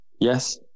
yes